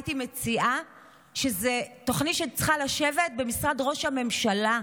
הייתי מציעה תוכנית שצריכה לשבת במשרד ראש הממשלה,